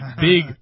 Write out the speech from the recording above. big